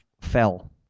fell